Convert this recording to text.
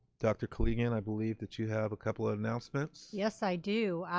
dr. koligian, i believe that you have a couple of announcements. yes i do.